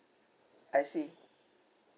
I see